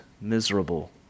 miserable